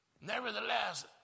Nevertheless